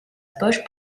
poche